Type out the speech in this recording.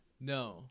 no